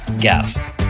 guest